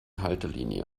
haltelinie